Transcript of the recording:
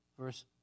Verse